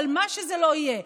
על מה שזה לא יהיה.